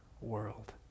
world